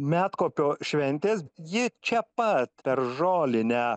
medkopio šventės ji čia pat per žolinę